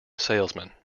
salesman